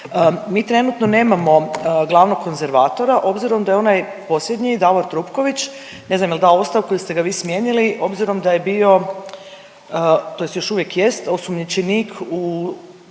mi trenutno nemamo glavnog konzervatora obzirom da je onaj posljednji Davor Trupković ne znam jel' dao ostavku ili ste ga vi smijenili obzirom da je bio, tj. još uvijek jest osumnjičenik u